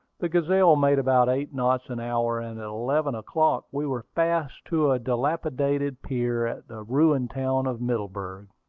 the gazelle made about eight knots an hour, and at eleven o'clock we were fast to a dilapidated pier at the ruined town of middleburg.